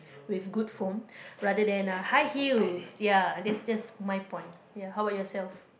with good foam rather than uh high heels ya that's just my point ya how about yourself